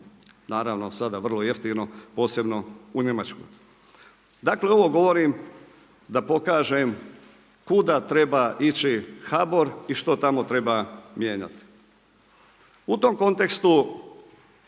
naravno sada vrlo jeftino posebno u Njemačkoj. Dakle ovo govorim da pokažem kuda treba ići HBOR i što tamo treba mijenjati. U tom kontekstu